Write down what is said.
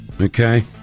Okay